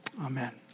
Amen